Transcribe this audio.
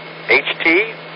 HT